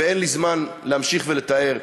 ואין לי זמן להמשיך ולתאר,